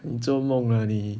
你做梦啦你